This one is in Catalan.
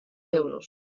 euros